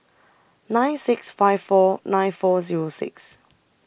nine six five four nine four Zero six